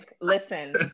listen